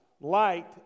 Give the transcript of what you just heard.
Light